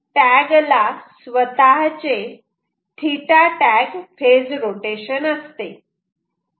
तसेच टॅग ला स्वतःचे θtag फेज रोटेशन असते